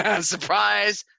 surprise